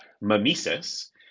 mimesis